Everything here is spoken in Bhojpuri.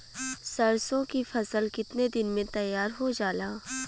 सरसों की फसल कितने दिन में तैयार हो जाला?